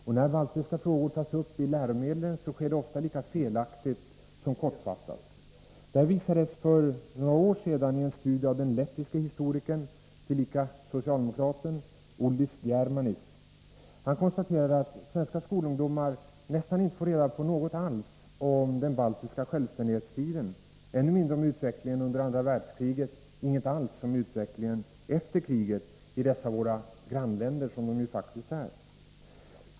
Och när baltiska frågor tas upp i läromedlen, sker det ofta lika felaktigt som kortfattat. Detta visades för några år sedan i en studie av den lettiske historikern — tillika socialdemokraten — Uldis Germanis. Han konstaterade att svenska skolungdomar nästan inte får reda på någonting om den baltiska självständighetstiden, ännu mindre om utvecklingen under andra världskriget och inget alls om utvecklingen efter kriget i dessa våra grannländer, som de ju faktiskt är.